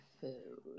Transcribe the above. food